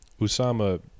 Usama